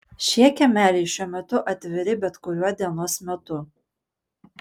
šie kiemeliai šiuo metu atviri bet kuriuo dienos metu